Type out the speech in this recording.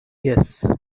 yes